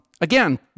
again